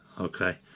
Okay